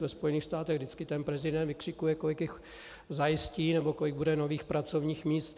Ve Spojených státech vždycky prezident vykřikuje, kolik jich zajistí nebo kolik bude nových pracovních míst.